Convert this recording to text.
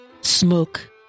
Smoke